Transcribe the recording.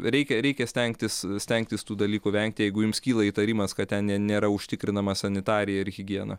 reikia reikia stengtis stengtis tų dalykų vengti jeigu jums kyla įtarimas kad ten ne nėra užtikrinama sanitarija ir higiena